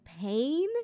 pain